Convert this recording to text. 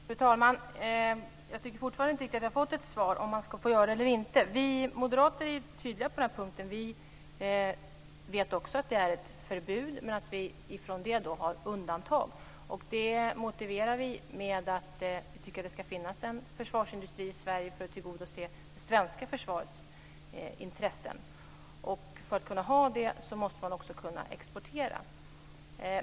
Fru talman! Jag tycker fortfarande inte riktigt att jag har fått ett svar på frågan om man ska få exportera eller inte. Vi moderater är tydliga på den punkten. Vi vet också att det är ett förbud men att vi från det har undantag. Det motiverar vi med att vi tycker att det ska finnas en försvarsindustri i Sverige för att tillgodose det svenska försvarets intressen. För att man ska kunna ha en sådan måste man också kunna exportera.